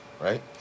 right